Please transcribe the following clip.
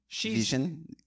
Vision